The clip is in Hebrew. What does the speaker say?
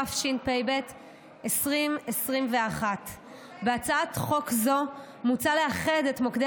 התשפ"ב 2021. בהצעת חוק זו מוצע לאחד את מוקדי